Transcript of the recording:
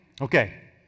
Okay